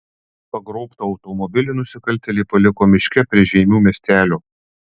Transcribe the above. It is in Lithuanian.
pagrobtą automobilį nusikaltėliai paliko miške prie žeimių miestelio